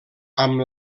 amb